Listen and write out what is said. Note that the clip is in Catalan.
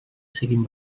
siguin